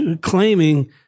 claiming